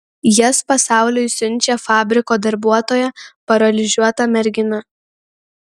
jas pasauliui siunčia fabriko darbuotoja paralyžiuota mergina